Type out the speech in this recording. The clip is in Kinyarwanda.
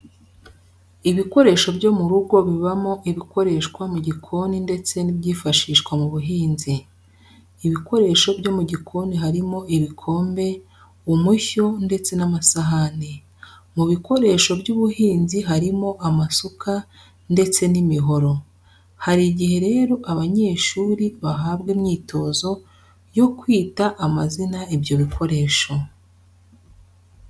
Ibikoresho byo mu rugo bibamo ibikoreshwa mu gikoni ndetse n'ibyifashishwa mu buhinzi. Ibikoresho byo mu gikoni harimo ibikombe, umushyo ndetse n'amasahani. Mu bikoresho by'ubuhinzi harimo amasuka ndetse n'imihoro. Hari igihe rero abanyeshuri bahabwa imyitozo yo kwita amazina ibyo bikoresho.